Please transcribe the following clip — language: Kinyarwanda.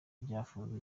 byafunzwe